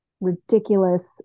ridiculous